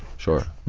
sure.